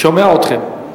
אני שומע אתכם.